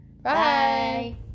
Bye